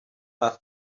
but